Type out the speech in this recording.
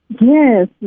Yes